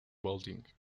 building